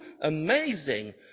amazing